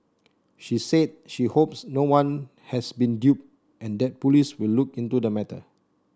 she said she hopes no one has been duped and that police will look into the matter